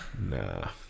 Nah